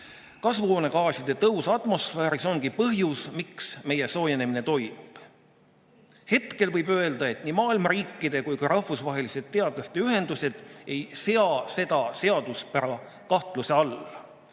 kasvuhoonegaaside tõus atmosfääris on põhjus, miks meie soojenemine toimub. Hetkel võib öelda, et ei maailma riikide ega ka rahvusvahelised teadlaste ühendused ei sea seda seaduspära kahtluse alla.